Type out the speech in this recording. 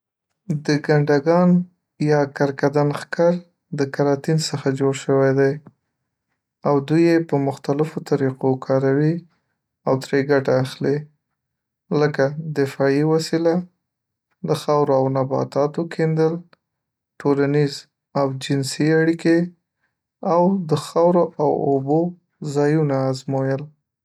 د ګندګان او یا کرکدن ښکر د کیراتین څخه جوړ شوی دی او دوي يې په مختلفو طریقو کاروي او ترې ګټه اخلی لکه دفاعی وسیله، د خاورو او نباتاتو کیندل، ټولنیز او جنسي اړیکي او د خاورو او ابو ځایونه ازمویل.